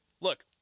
Look